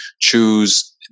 choose